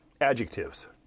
adjectives